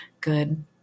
good